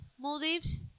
Maldives